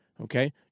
Okay